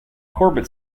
corbett